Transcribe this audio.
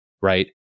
Right